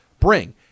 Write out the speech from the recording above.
bring